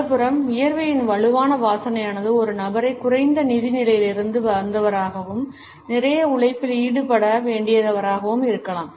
மறுபுறம் வியர்வையின் வலுவான வாசனையானது ஒரு நபரை குறைந்த நிதி நிலையிலிருந்து வந்தவராகவும் நிறைய உழைப்பில் ஈடுபட வேண்டியவராகவும் இருக்கலாம்